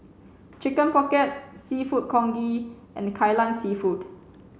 chicken pocket seafood congee and Kai Lan Seafood